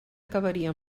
acabaria